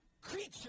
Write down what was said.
creature